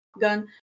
gun